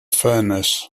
furnace